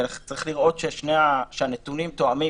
צריך לראות שהנתונים תואמים,